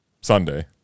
Sunday